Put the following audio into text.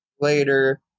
Later